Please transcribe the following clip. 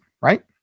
right